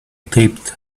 taped